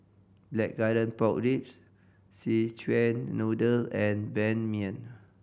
Blackcurrant Pork Ribs Szechuan Noodle and Ban Mian